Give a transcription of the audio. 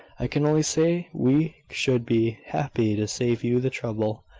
i can only say we should be happy to save you the trouble,